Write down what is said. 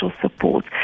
support